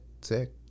sick